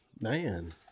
man